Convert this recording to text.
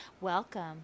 Welcome